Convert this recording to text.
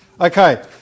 Okay